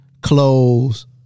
Clothes